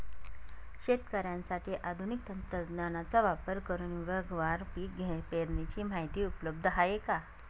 शेतकऱ्यांसाठी आधुनिक तंत्रज्ञानाचा वापर करुन विभागवार पीक पेरणीची माहिती उपलब्ध आहे का?